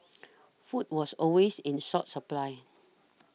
food was always in short supply